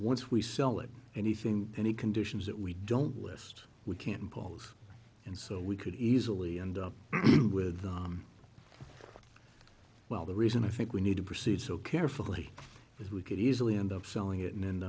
once we sell it anything any conditions that we don't list we can't impose and so we could easily end up with well the reason i think we need to proceed so carefully is we could easily end up selling it and end